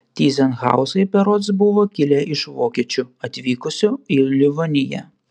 tyzenhauzai berods buvo kilę iš vokiečių atvykusių į livoniją